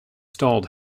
stalled